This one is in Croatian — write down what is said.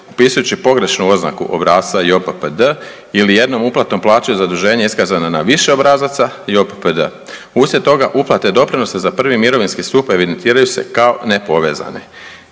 upisujući pogrešnu oznaku obrasca JOPPD ili jednom uplatom plaćaju zaduženje iskazana na više obrazaca i JOPPD. Uslijed toga uplate doprinosa za prvi mirovinski stup evidentiraju se kao nepovezane.